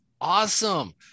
awesome